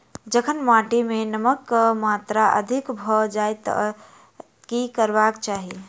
जखन माटि मे नमक कऽ मात्रा अधिक भऽ जाय तऽ की करबाक चाहि?